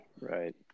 Right